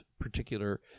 particular